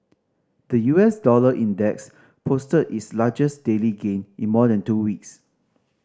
the U S dollar index posted its largest daily gain in more than two weeks